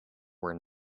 were